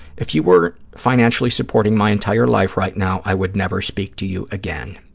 if you weren't financially supporting my entire life right now, i would never speak to you again.